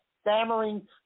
stammering